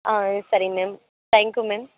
ஆ சரி ma'am thank you ma'am